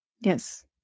yes